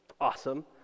awesome